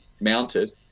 mounted